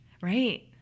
Right